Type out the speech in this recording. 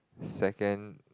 second